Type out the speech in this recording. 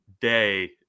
day